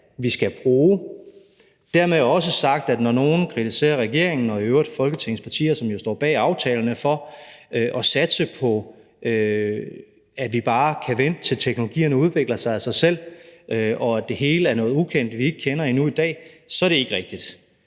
vi skal bruge, og dermed også sagt, at når nogen kritiserer regeringen og i øvrigt Folketingets partier, som jo står bag aftalerne, for at satse på, at vi bare kan vente, til teknologierne udvikler sig af sig selv, og at det hele er noget ukendt, vi ikke kender endnu i dag, så er det ikke en